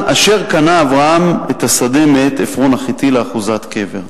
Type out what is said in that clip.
אשר קנה אברהם את השדה מאת עפרון החתי לאחֻזת קבר".